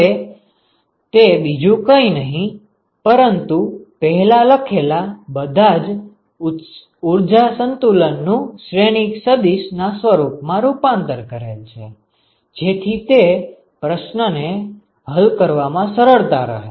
હવે તે બીજું કઈ નહિ પરંતુપહેલા લખેલા બધાજ ઉર્જા સંતુલન નું શ્રેણિક સદિશ ના સ્વરૂપ માં રૂપાંતર કરે છે જેથી તે પ્રશ્ન ને હલ કરવા માં સરળતા રહે